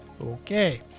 okay